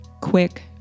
quick